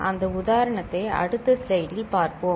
அந்த உதாரணத்தை அடுத்த ஸ்லைடில் பார்ப்போம்